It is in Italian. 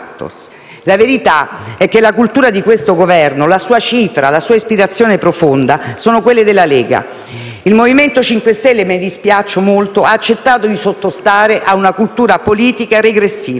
La verità è che la cultura di questo Governo, la sua cifra e la sua ispirazione profonda sono quelle della Lega. Il MoVimento 5 Stelle - me ne dispiaccio molto - ha accettato di sottostare a una cultura politica regressiva.